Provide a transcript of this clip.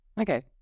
Okay